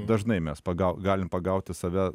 dažnai mes pagau galim pagauti save